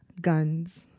guns